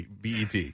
BET